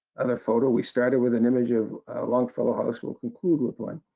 other photo. we started with an image of longfellow house, we'll conclude with one.